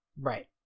Right